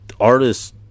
artists